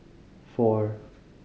four